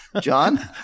John